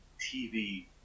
TV